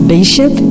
Bishop